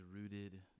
rooted